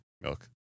milk